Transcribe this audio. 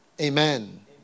Amen